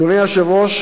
אדוני היושב-ראש,